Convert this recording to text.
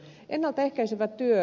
ennalta ehkäisevä työ